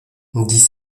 dix